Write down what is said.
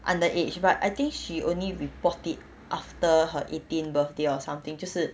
underage but I think she only report it after her eighteenth birthday or something 就是